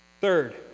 Third